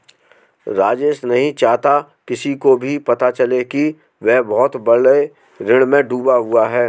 राजेश नहीं चाहता किसी को भी पता चले कि वह बहुत बड़े ऋण में डूबा हुआ है